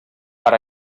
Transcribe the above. per